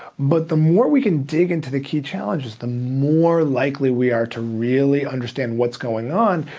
but the more we can dig into the key challenges, the more likely we are to really understand what's going on,